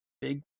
big